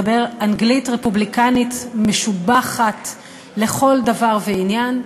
מדבר אנגלית רפובליקנית משובחת לכל דבר ועניין.